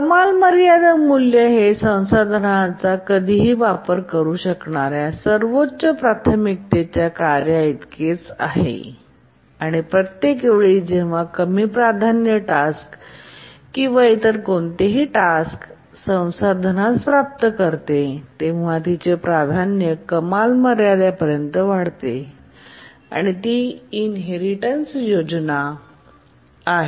कमाल मर्यादा मूल्य हे त्या संसाधनाचा कधीही वापर करू शकणार्या सर्वोच्च प्राथमिकतेच्या कार्याइतकेच आहे आणि प्रत्येक वेळी जेव्हा कमी प्राधान्य टास्क किंवा इतर कोणतेही टास्क संसाधनास प्राप्त करते तेव्हा तिचे प्राधान्य कमाल मर्यादेपर्यंत वाढते आणि ती इनहेरिटेन्स योजना आहे